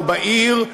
או בעיר,